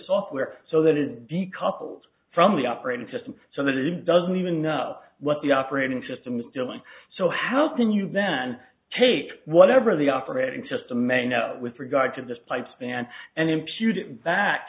software so that it decoupled from the operating system so that it doesn't even know what the operating system is doing so how can you then take whatever the operating system may know with regard to this pipe span and impute it back